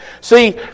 See